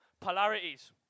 polarities